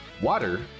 Water